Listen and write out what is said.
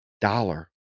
dollar